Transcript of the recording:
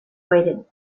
waited